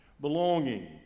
Belonging